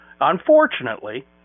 unfortunately